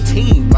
team